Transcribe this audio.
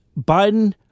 Biden